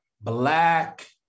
black